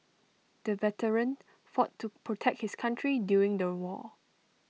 the veteran fought to protect his country during the war